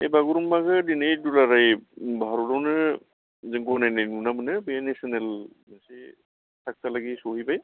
बे बागुरुम्बाखौ दिनै दुलाराय उम भारतआवनो जों गनायनाय नुनो मोनो बे नेसेनेल मोनसे थारखालागै सौहैबाय